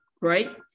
right